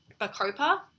Bacopa